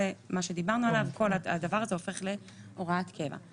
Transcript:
כל הדבר הזה הופך להוראת קבע.